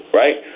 right